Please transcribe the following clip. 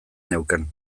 neukan